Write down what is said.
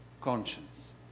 conscience